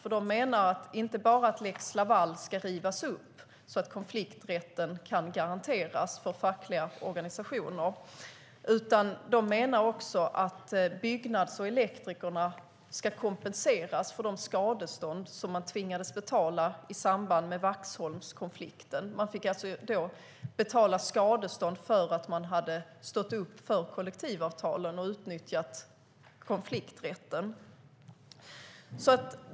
Man menar att lex Laval inte bara ska rivas upp så att konflikträtten kan garanteras för fackliga organisationer, utan de menar också att Byggnads och Elektrikerförbundet ska kompenseras för de skadestånd som de tvingades betala i samband med Vaxholmskonflikten. Man fick alltså betala skadestånd för att man hade stått upp för kollektivavtalen och utnyttjat konflikträtten.